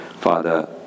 Father